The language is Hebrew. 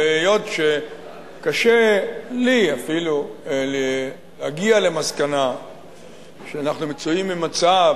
והיות שקשה לי אפילו להגיע למסקנה שאנחנו מצויים במצב